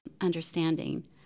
understanding